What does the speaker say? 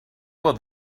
will